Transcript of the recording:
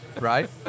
Right